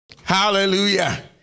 Hallelujah